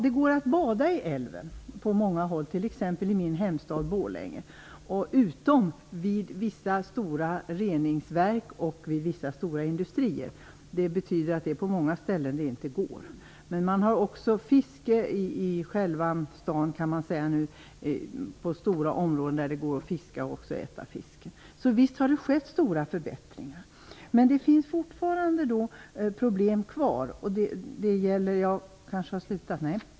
Det går nu att bada på flera håll i älven, t.ex. i min hemstad Borlänge, utom vid vissa stora reningsverk och industrier. Det betyder att det inte går på många ställen. Det går också att fiska på stora områden, och man kan även äta fisken - så visst har det skett stora förbättringar. Men det finns fortfarande problem kvar.